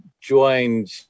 joined